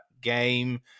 game